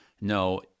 No